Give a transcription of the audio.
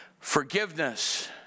Forgiveness